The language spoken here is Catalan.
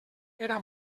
era